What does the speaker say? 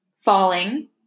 falling